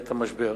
בעת המשבר,